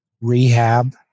rehab